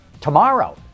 Tomorrow